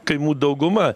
kaimų dauguma